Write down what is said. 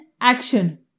action